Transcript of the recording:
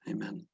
Amen